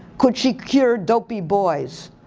could she cure dopey boys?